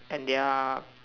and they are